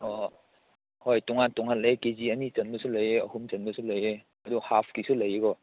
ꯑꯣ ꯍꯣꯏ ꯇꯣꯉꯥꯟ ꯇꯣꯉꯥꯟ ꯂꯩ ꯀꯦ ꯖꯤ ꯑꯅꯤ ꯆꯟꯕꯁꯨ ꯂꯩꯌꯦ ꯑꯍꯨꯝ ꯆꯟꯕꯁꯨ ꯂꯩꯌꯦ ꯑꯗꯨ ꯍꯥꯐꯀꯤꯁꯨ ꯂꯩꯀꯣ